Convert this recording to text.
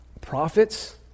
Prophets